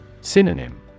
Synonym